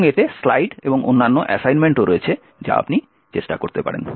এবং এতে স্লাইড এবং অন্যান্য অ্যাসাইনমেন্টও রয়েছে যা আপনি চেষ্টা করতে পারেন